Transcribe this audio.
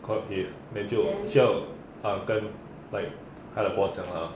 court if then 就需要 ah 跟 like 他的 boss 讲 lah